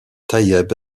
taïeb